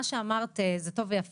מה שאמרת זה טוב ויפה,